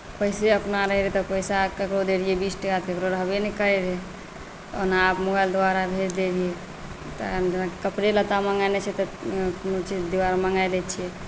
पैसे अपना रहै तऽ ककरो सएह ककरो देलियै बीस टाका ककरो रहबे नहि करैत रहै ओना आब मोबाईल द्वारा भेज देलियै तऽ जेनाकि कपड़े लत्ता मङ्गेनाइ छै तऽ कोनो चीज द्वारा मङ्गा दैत छियै